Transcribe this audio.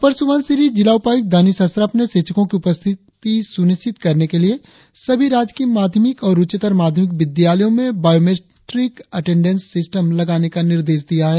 अपर सुबनसिरी जिला उपायुक्त दानिश असराफ ने शिक्षकों की उपस्थिति सुनिश्चित करने के लिए सभी राजकीय माध्यमिक और उच्चतर माध्यमिक विद्यालयों में बायोमेट्रिक अटेडेंस सिस्टम लगाने का निर्देश दिया है